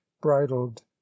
bridled